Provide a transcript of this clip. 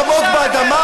עמוק עמוק באדמה?